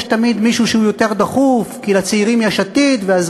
תמיד יש מישהו שיותר דחוף לטפל בו כי